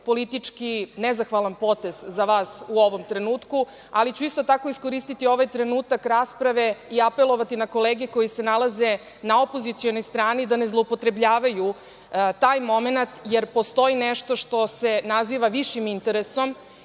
politički nezahvalan potez za vas u ovom trenutku, ali ću isto tako iskoristiti ovaj trenutak rasprave i apelovati na kolege koji se nalaze na opozicionoj strani da ne zloupotrebljavaju taj momenat, jer postoji nešto što se naziva višim interesom